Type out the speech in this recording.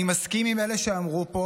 אני מסכים עם אלה שאמרו פה